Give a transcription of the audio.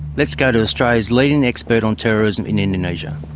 let's go to australia's leading expert on terrorism in indonesia.